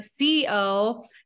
CEO